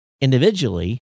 individually